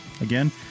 Again